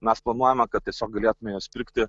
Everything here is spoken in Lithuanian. mes planuojame kad tiesiog galėtume juos pirkti